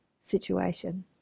situation